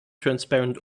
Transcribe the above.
transparent